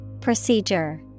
Procedure